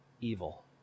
evil